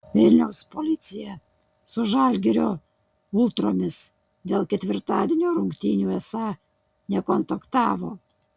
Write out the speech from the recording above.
vilniaus policija su žalgirio ultromis dėl ketvirtadienio rungtynių esą nekontaktavo